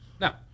now